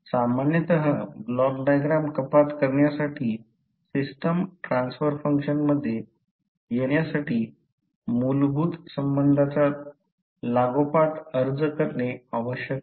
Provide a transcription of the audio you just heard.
सामान्यत block diagram कपात करण्यासाठी सिस्टम ट्रान्सफर फंक्शनमध्ये येण्यासाठी मूलभूत संबंधांचा लागोपाठ अर्ज करणे आवश्यक असते